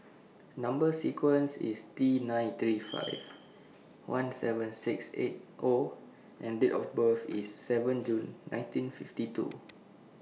Number sequence IS T nine three five one seven six eight O and Date of birth IS seven June nineteen fifty two